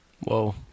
Whoa